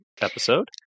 episode